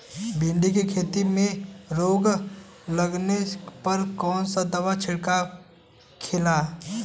भिंडी की खेती में रोग लगने पर कौन दवा के छिड़काव खेला?